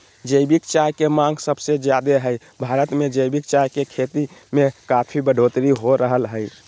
जैविक चाय के मांग सबसे ज्यादे हई, भारत मे जैविक चाय के खेती में काफी बढ़ोतरी हो रहल हई